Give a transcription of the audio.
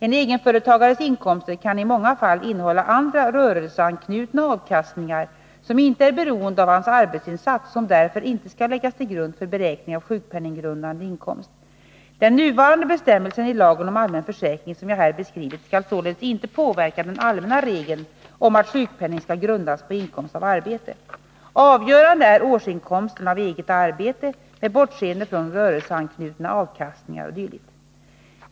En egenföretagares inkomster kan i många fall innehålla andra rörelseanknutna avkastningar, som inte är beroende av hans arbetsinsats och som därför inte skall läggas till grund för beräkning av sjukpenninggrundande inkomst. Den nuvarande bestämmelsen i lagen om allmän försäkring som jag här beskrivit skall således inte påverka den allmänna regeln om att sjukpenning skall grundas på inkomst av arbete. Avgörande är årsinkomsten av eget arbete med bortseende från rörelseanknutna avkastningar o. d.